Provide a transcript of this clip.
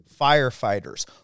firefighters